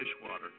dishwater